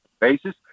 basis